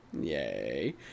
Yay